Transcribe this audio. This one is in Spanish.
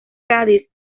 cádiz